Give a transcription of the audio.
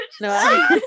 No